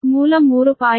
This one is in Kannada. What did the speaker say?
ಮೂಲ 3